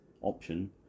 option